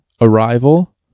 Arrival